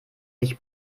sich